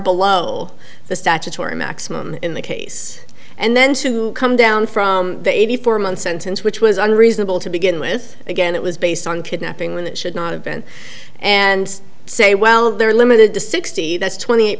below the statutory maximum in the case and then to come down from the eighty four month sentence which was unreasonable to begin with again it was based on kidnapping when it should not have been and say well they're limited to sixty that's twenty eight